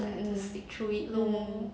mm mm mm mm